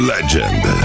Legend